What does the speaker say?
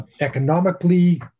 economically